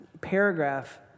paragraph